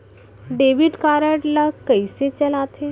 Debit card ला कइसे चलाते?